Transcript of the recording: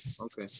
okay